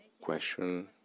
question